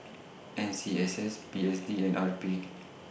N C S S P S D and R P